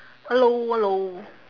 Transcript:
hello hello